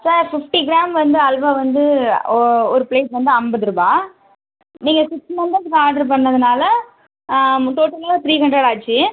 sir fifty gram வந்து அல்வா வந்து ஒ ஒரு ப்ளேட் வந்து ஐம்பதுருபா நீங்கள் சிக்ஸ் மெம்பர்ஸுக்கு ஆர்ட்ரு பண்ணதுனால டோட்டலாக த்ரீ ஹண்ட்ரட் ஆகிட்ச்சு